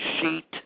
sheet